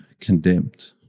condemned